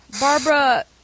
Barbara